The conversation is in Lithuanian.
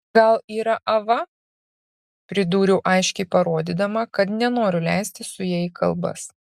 gal yra ava pridūriau aiškiai parodydama kad nenoriu leistis su ja į kalbas